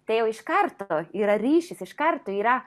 tai jau iš karto yra ryšis iš karto yra